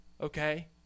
Okay